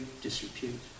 disrepute